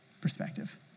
perspective